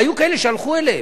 והיו כאלה שהלכו אליהם.